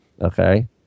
Okay